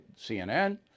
CNN